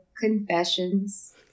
confessions